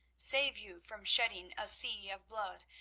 save you from shedding a sea of blood,